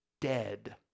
dead